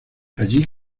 allí